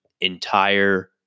entire